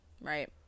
right